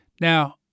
Now